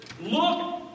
Look